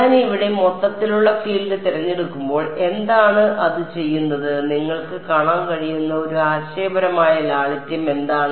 ഞാൻ ഇവിടെ മൊത്തത്തിലുള്ള ഫീൽഡ് തിരഞ്ഞെടുക്കുമ്പോൾ എന്താണ് അത് ചെയ്യുന്നത് നിങ്ങൾക്ക് കാണാൻ കഴിയുന്ന ഒരു ആശയപരമായ ലാളിത്യം എന്താണ്